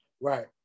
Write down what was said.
Right